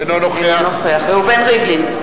אינו נוכח ראובן ריבלין,